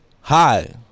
Hi